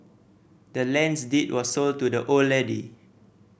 the land's deed was sold to the old lady